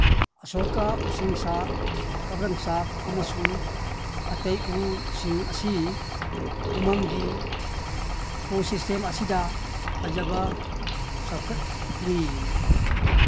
ꯑꯁꯣꯛꯀꯥ ꯎꯁꯤꯡꯁꯥ ꯀꯕ꯭ꯔꯪꯆꯥꯛ ꯑꯃꯁꯨꯡ ꯑꯇꯩ ꯎꯁꯤꯡ ꯑꯁꯤ ꯎꯃꯪꯒꯤ ꯏꯀꯣ ꯁꯤꯁꯇꯦꯝ ꯑꯁꯤꯗ ꯐꯖꯕ ꯆꯥꯎꯈꯠꯂꯤ